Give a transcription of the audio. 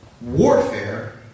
warfare